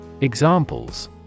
Examples